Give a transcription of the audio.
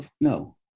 No